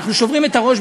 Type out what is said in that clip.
אנחנו שוברים את הראש,